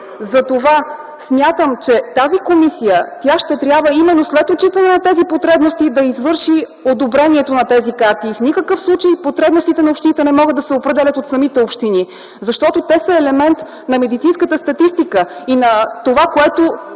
Затова смятам, че тази комисия ще трябва именно след отчитане на тези потребности да извърши одобрението на тези карти. В никакъв случай потребностите в общините не могат да се определят от самите общини, защото те са елемент на медицинската статистика и на конкретните